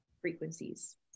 frequencies